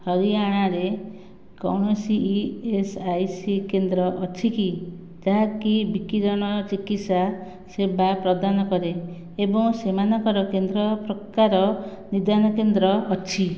ହରିୟାଣାରେ କୌଣସି E S I C କେନ୍ଦ୍ର ଅଛି କି ଯାହାକି ବିକିରଣ ଚିକିତ୍ସା ସେବା ପ୍ରଦାନ କରେ ଏବଂ ସେମାନଙ୍କର କେନ୍ଦ୍ର ପ୍ରକାର ନିଦାନ କେନ୍ଦ୍ର ଅଛି